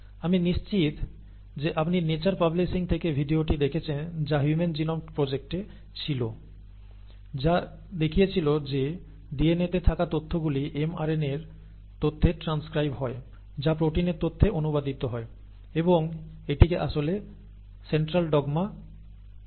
আমি নিশ্চিত যে আপনি নেচার পাবলিশিং থেকে ভিডিওটি দেখেছেন যা হিউম্যান জিনোম প্রজেক্টে ছিল যা দেখিয়েছিল যে DNA তে থাকা তথ্যগুলি mRNA এর তথ্যে ট্রান্সক্রাইব হয় যা প্রোটিনের তথ্যে অনুবাদিত হয় এবং এটিকে আসলে সেন্ট্রাল ডোগমা বলা হয় আপনি ইতিমধ্যে জানেন